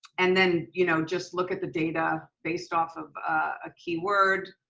and then, you know just look at the data based off of a key word,